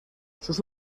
sus